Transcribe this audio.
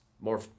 more